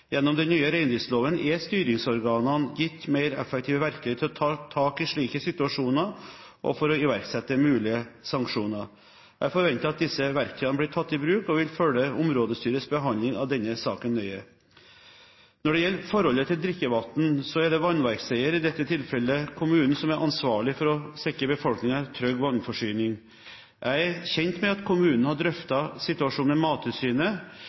Gjennom den nye reindriftsloven er styringsorganene gitt mer effektive verktøy til å ta tak i slike situasjoner, og for å iverksette mulige sanksjoner. Jeg forventer at disse verktøyene blir tatt i bruk, og vil følge områdestyrets behandling av denne saken nøye. Når det gjelder forholdet til drikkevann, så er det vannverkseier, i dette tilfellet kommunen, som er ansvarlig for å sikre befolkningen trygg vannforsyning. Jeg er kjent med at kommunen har drøftet situasjonen med Mattilsynet.